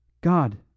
God